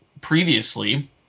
previously